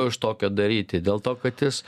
iš tokio daryti dėl to kad jis